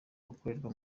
gukorerwa